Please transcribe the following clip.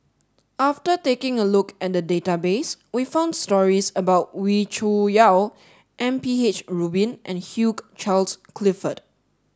after taking a look at the database we found stories about Wee Cho Yaw M P H Rubin and Hugh Charles Clifford